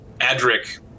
Adric